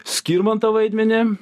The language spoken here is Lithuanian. skirmanto vaidmenį